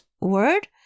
word